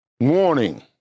warning